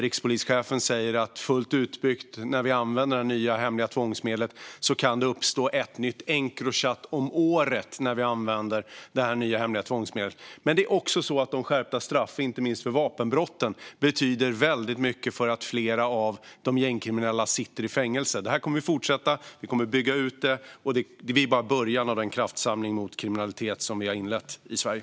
Rikspolischefen säger att när det nya hemliga tvångsmedlet är fullt utbyggt kan det uppstå ett nytt Encrochat om året. Men även skärpta straff för inte minst vapenbrott betyder mycket för det faktum att flera av de gängkriminella sitter i fängelse. Vi kommer att fortsätta med utbyggnaden, och vi är bara i början av den kraftsamling mot kriminalitet som vi har inlett i Sverige.